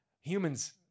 humans